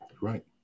Right